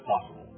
possible